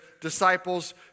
disciples